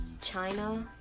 China